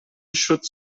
schutz